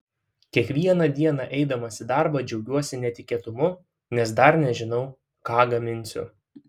kiekvieną dieną eidamas į darbą džiaugiuosi netikėtumu nes dar nežinau ką gaminsiu